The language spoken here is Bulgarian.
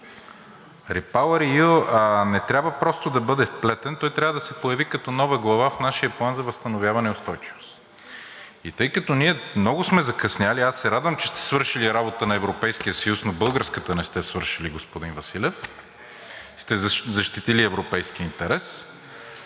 REPowerEU не трябва просто да бъде вплетен, а той трябва да се появи като нова глава в нашия План за възстановяване и устойчивост, тъй като ние много сме закъснели. Аз се радвам, че сте свършили работата на Европейския съюз, но българската не сте свършили, господин Василев, и сте защитили европейския интерес,